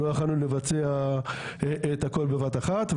לא יכלנו לבצע את הכל בבת אחת,